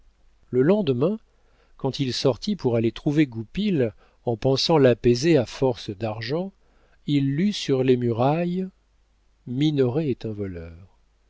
le lendemain quand il sortit pour aller trouver goupil en pensant l'apaiser à force d'argent il lut sur les murailles minoret est un voleur